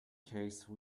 case